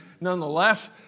nonetheless